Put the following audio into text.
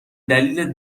دلیل